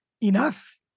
enough